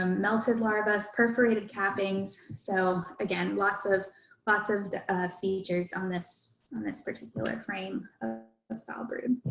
ah melted larva s perforated cappings. so again, lots of lots of features on this, on this particular frame of foulbrood.